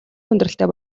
хүндрэлтэй